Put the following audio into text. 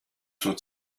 zur